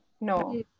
no